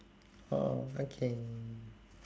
orh okay